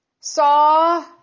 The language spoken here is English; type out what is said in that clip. Saw